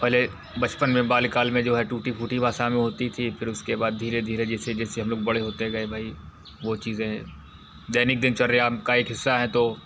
पहले बचपन में बालकाल में जो है टूटी फूटी भाषा में होती थी फिर उसके बाद धीरे धीरे जैसे जैसे हम लोग बड़े होते गए भाई वो चीज़ें दैनिक दिनचर्या का एक हिस्सा है तो